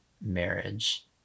marriage